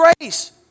grace